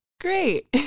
great